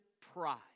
pride